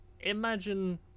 Imagine